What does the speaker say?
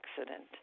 accident